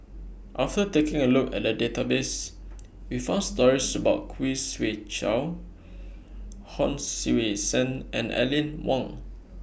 after taking A Look At The Database We found stories about Khoo Swee Chiow Hon Sui Sen and Aline Wong